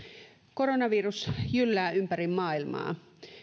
koronavirus jyllää ympäri maailmaa